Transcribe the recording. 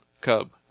Cub